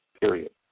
period